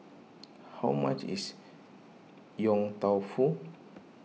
how much is Yong Tau Foo